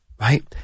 Right